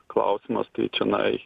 klausimas tai čionai